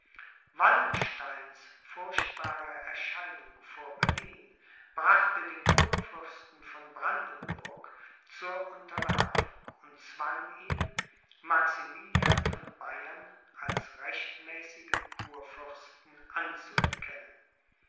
wallensteins furchtbare erscheinung vor berlin brachte den kurfürsten von brandenburg zur unterwerfung und zwang ihn maximilian von bayern als rechtmäßigen kurfürsten anzuerkennen